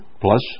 plus